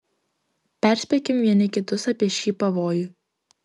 perspėkim vieni kitus apie šį pavojų